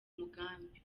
mugambi